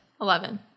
Eleven